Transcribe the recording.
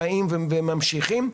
באים וממשיכים.